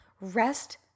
Rest